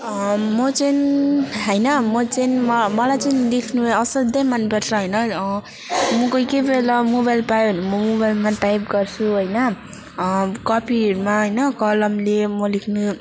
म चाहिँ होइन म चाहिँ म मलाई चाहिँ लेख्नु असाध्यै मनपर्छ होइन म कोही कोही बेला मोबाइल पाएँ भने म मोबाइलमा टाइप गर्छु होइन कपीहरूमा होइन कलमले म लेख्ने